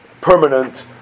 permanent